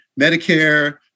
Medicare